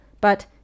But